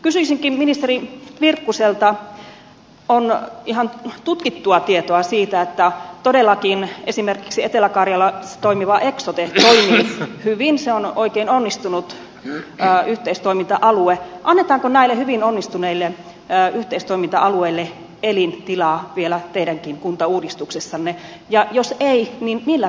kysyisinkin ministeri virkkuselta kun on ihan tutkittua tietoa siitä että todellakin esimerkiksi etelä karjalassa toimiva eksote toimii hyvin se on oikein onnistunut yhteistoiminta alue annetaanko näille hyvin onnistuneille yhteistoiminta alueille elintilaa vielä teidänkin kuntauudistuksessanne ja jos ei niin millä perusteella ei